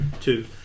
two